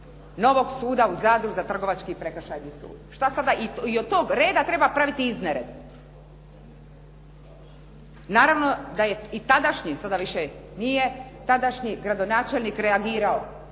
novog suda u Zadru za Trgovački i Prekršajni sud. Šta sada i od tog reda treba praviti iznered? Naravno da je i tadašnji, sada više nije tadašnji gradonačelnik reagirao,